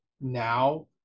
now